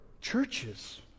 churches